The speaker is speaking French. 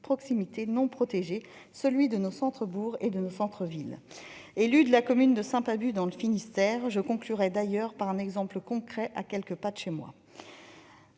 proximité non protégé, celui de nos centres-bourgs et de nos centres-villes. Élue de la commune de Saint-Pabu, dans le Finistère, je conclurai d'ailleurs en évoquant un exemple concret à quelques pas de chez moi.